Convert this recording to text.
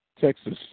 texas